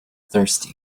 thirsty